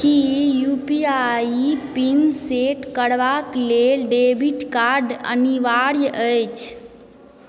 Ki U P I PIN set करबाक लेल debit card अनिवार्य अछि